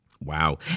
Wow